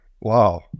wow